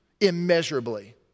immeasurably